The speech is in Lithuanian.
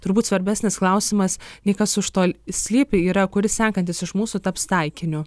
turbūt svarbesnis klausimas lyg kas už to slypi yra kuris sekantis iš mūsų taps taikiniu